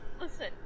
Listen